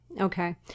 Okay